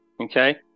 Okay